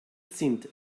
sind